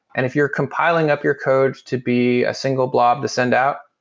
and if you're compiling up your code to be a single blob to send out,